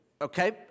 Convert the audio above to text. Okay